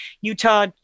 Utah